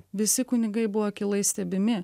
visi kunigai buvo akylai stebimi